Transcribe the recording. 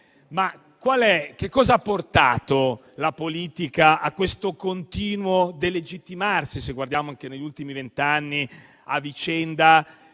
che cosa ha portato la politica al continuo delegittimarsi, se guardiamo anche agli ultimi vent'anni, per via